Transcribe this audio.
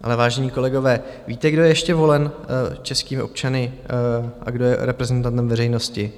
Ale vážení kolegové, víte, kdo je ještě volen českými občany a kdo je reprezentantem veřejnosti?